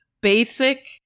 basic